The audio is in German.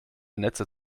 netze